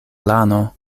lano